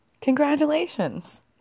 Congratulations